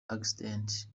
accident